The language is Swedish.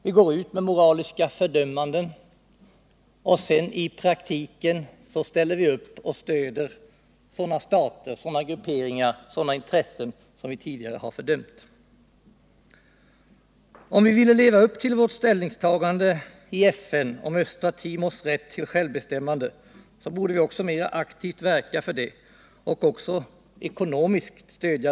Vi går ut med moraliska fördömanden, 33 Nr 49 men i praktiken ställer vi upp och stödjer sådana stater, grupperingar och Torsdagen den intressen som vi tidigare har fördömt. Om vi vill leva upp till vårt 7 december 1978 ställningstagande i FN om Östra Timors rätt till självbestämmande, borde vi mer aktivt verka för det och också stödja det ekonomiskt.